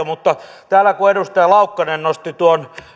mutta kun täällä edustaja laukkanen nosti tuon